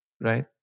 right